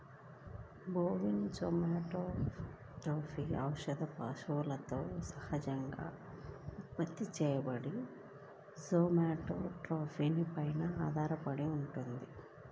bovine somatotropin ఔషధం పశువులలో సహజంగా ఉత్పత్తి చేయబడిన సోమాటోట్రోపిన్ పై ఆధారపడి ఉంటుంది